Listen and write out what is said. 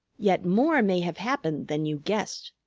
yet more may have happened than you guessed,